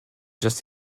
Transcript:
just